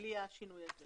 בלי השינוי הזה.